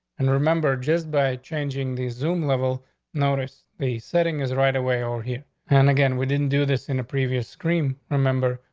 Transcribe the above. and remember, just by changing the zoom level notice the setting is right away or here and again. we didn't do this in a previous screen, remember?